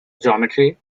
geometry